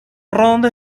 ronda